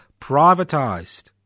privatised